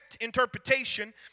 interpretation